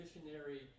missionary